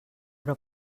però